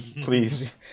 please